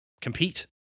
compete